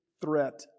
threat